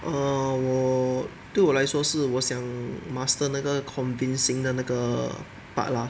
err 我对我来说是我想 master 那个 convincing 的那个 part lah